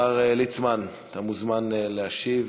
השר ליצמן, אתה מוזמן להשיב.